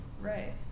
Right